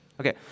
Okay